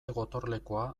gotorlekua